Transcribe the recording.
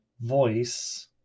voice